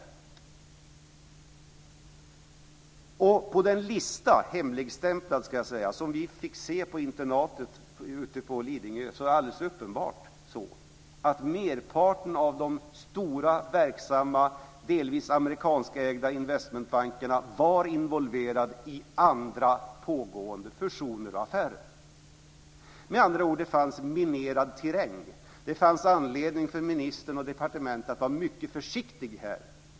Och med tanke på den hemligstämplade lista som vi fick se på internatet ute på Lidingö är det alldeles uppenbart att merparten av de stora verksamma delvis amerikanskägda investmentbankerna var involverad i andra pågående fusioner och affärer. Med andra ord var det minerad terräng. Det fanns anledning för ministern och departementet att vara mycket försiktiga.